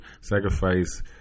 sacrifice